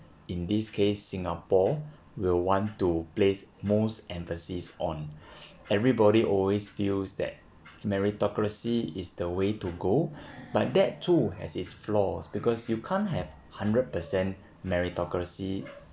in this case singapore will want to place most emphasis on everybody always feels that meritocracy is the way to go but that too has its flaws because you can't have hundred percent meritocracy